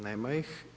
Nema ih.